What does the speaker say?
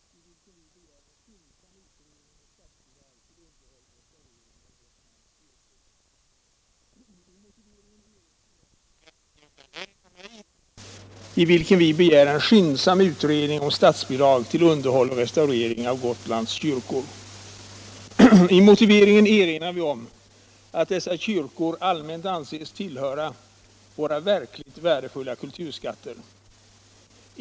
Herr talman! I kulturutskottets nu aktuella betänkande behandlas bl.a. en motion av min partikollega Georg Danell och mig, i vilken vi begär en skyndsam utredning om statsbidrag till underhåll och restaurering av Gotlands kyrkor. I motiveringen erinrar vi om att dessa kyrkor allmänt 143 anses tillhöra våra verkligt värdefulla kulturskatter.